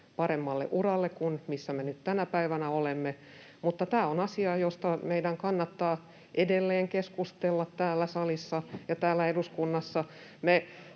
paremmalle uralle kuin missä me nyt tänä päivänä olemme, mutta tämä on asia, josta meidän kannattaa edelleen keskustella täällä salissa ja täällä eduskunnassa.